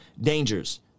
dangers